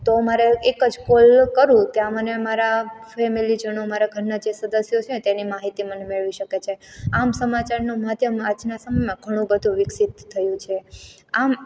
તો મારે એક જ કોલ કરું ત્યાં મને મારા ફેમેલી જનો મારા ઘરના જે સદસ્યો છે તે માહિતી મને મેળવી શકે છે આમ સમાચારનું માધ્યમ આજના સમયમાં ઘણું બધું વિકસિત થયું છે આમ